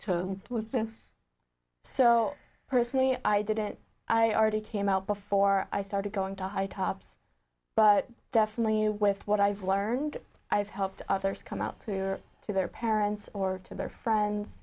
be so personally i did it i already came out before i started going to high tops but definitely with what i've learned i've helped others come out to their parents or to their friends